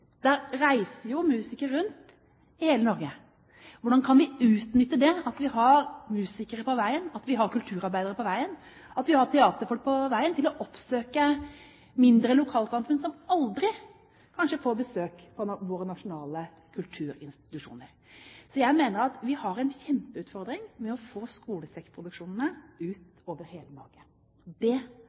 reiser musikere rundt i hele Norge. Hvordan kan vi utnytte at vi har musikere på veien, at vi har kulturarbeidere på veien, at vi har teaterfolk på veien som kan oppsøke mindre lokalsamfunn som kanskje aldri får besøk av våre nasjonale kulturinstitusjoner. Så jeg mener at vi har en kjempeutfordring med å få skolesekkproduksjonene ut over hele Norge.